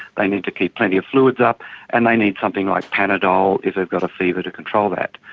they need to keep plenty of fluids up and they need something like panadol if they've got a fever to control that.